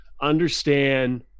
understand